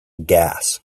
gas